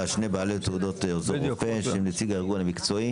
כרגע שני בעלי תעודות עוזרי רופא של נציג הארגון המקצועי